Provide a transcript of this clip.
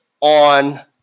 on